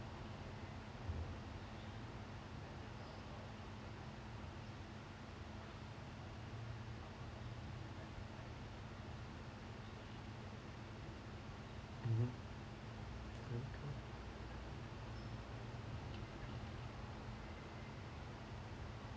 mmhmm